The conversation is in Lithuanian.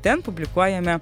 ten publikuojame